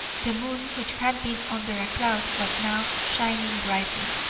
the moon, which had been under a cloud, was now shining brightly,